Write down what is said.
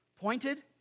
pointed